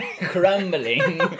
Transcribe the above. crumbling